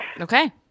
okay